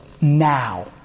now